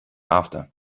after